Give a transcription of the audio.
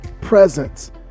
presence